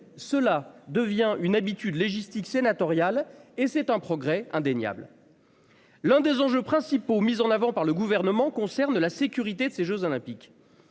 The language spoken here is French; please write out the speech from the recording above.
cela devient une habitude légistiques sénatoriale et c'est un progrès indéniable. L'un des enjeux principaux mis en avant par le gouvernement concerne la sécurité de ces Jeux olympiques.